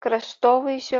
kraštovaizdžio